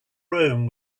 rome